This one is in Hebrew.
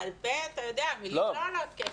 בעל פה, אתה יודע, המילים לא עולות כסף.